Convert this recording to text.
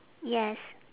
yes